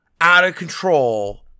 out-of-control